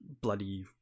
bloody